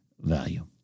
value